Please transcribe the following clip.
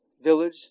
village